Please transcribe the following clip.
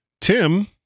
Tim